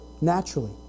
naturally